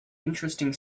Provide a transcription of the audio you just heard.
interesting